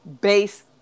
Base